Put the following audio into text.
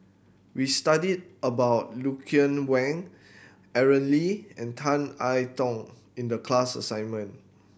we studied about Lucien Wang Aaron Lee and Tan I Tong in the class assignment